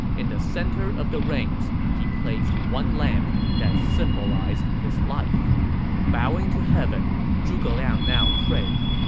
in the center of the rings, he placed one lamp that symbolized his life bowing to heaven, zhuge liang now prayed.